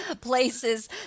places